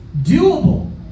doable